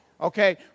Okay